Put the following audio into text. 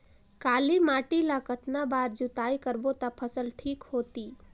काली माटी ला कतना बार जुताई करबो ता फसल ठीक होती?